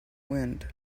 wind